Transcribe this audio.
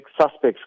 Suspects